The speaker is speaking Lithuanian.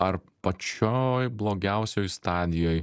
ar pačioj blogiausioj stadijoj